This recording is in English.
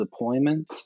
deployments